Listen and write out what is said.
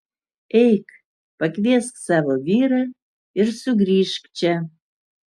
eik pakviesk savo vyrą ir sugrįžk čia